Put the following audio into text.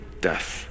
death